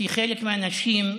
כי חלק מהאנשים,